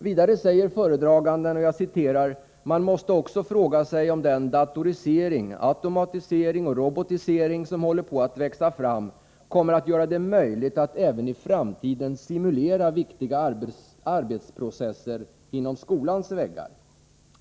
Vidare säger föredragande statsrådet att man också måste ”fråga sig om den datorisering, automatisering och robotisering som håller på att växa fram kommer att göra det möjligt att även i framtiden ”simulera” viktiga arbetsprocesser inom skolans väggar.